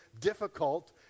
difficult